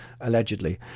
allegedly